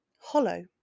hollow